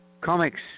comics